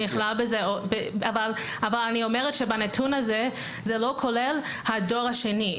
אבל אני אומרת שבנתון הזה זה לא כולל הדור השני,